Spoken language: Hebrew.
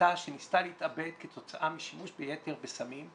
בתה שניסתה להתאבד כתוצאה משימוש יתר בסמים,